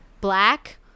Black